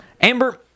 Amber